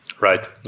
Right